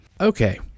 Okay